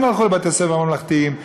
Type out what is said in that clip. כן הלכו לבתי-ספר ממלכתיים,